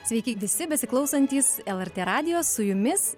sveiki visi besiklausantys lrt radijo su jumis